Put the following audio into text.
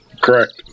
Correct